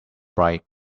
bright